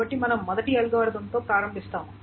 కాబట్టి మనం మొదటి అల్గోరిథంతో ప్రారంభిస్తాము